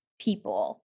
people